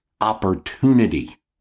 opportunity